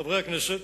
חברי הכנסת,